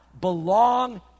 belong